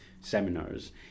seminars